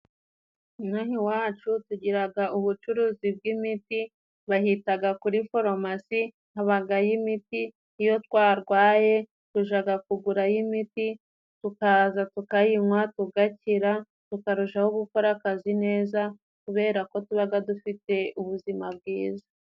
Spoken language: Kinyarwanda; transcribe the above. Inaha iwacu tugiraga ubucuruzi bw'imiti bahitaga kuri forumasi, habagayo imiti iyo twarwaye tujaga kugurayo imiti tukaza tukayinywa, tugakira tukarushaho gukora akazi neza kubera ko tubaga dufite ubuzima bwiza.